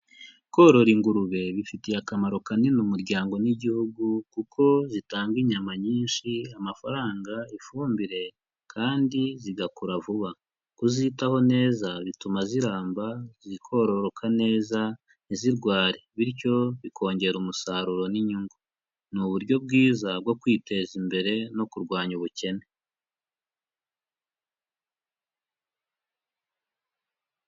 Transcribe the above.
Korora ingurube bifitiye akamaro kanini umuryango n'igihugu, kuko zitanga inyama nyinshi, amafaranga, ifumbire kandi zigakura vuba. Kuzitaho neza bituma ziramba, zikororoka neza ntizirware bityo bikongera umusaruro n'inyungu, ni uburyo bwiza bwo kwiteza imbere no kurwanya ubukene.